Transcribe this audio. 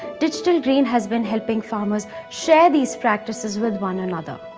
digital green has been helping farmers share these practices with one another.